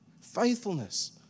Faithfulness